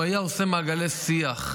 הוא היה עושה מעגלי שיח,